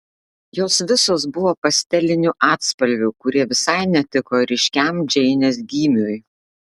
jos visos buvo pastelinių atspalvių kurie visai netiko ryškiam džeinės gymiui